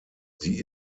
sie